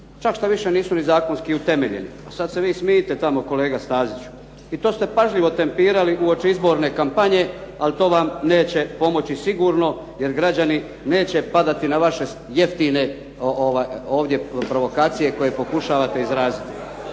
čak štoviše nisu ni zakonski utemeljeni. A sad ste vi smijte tamo kolega Staziću. I to ste pažljivo tempirali uoči izborne kampanje, ali to vam neće pomoći sigurno jer građani neće padati na vaše jeftine provokacije koje pokušavate izraziti.